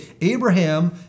Abraham